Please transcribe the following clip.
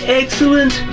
excellent